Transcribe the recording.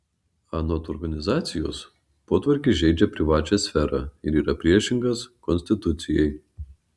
anot organizacijos potvarkis žeidžia privačią sferą ir yra priešingas konstitucijai